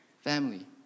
family